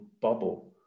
bubble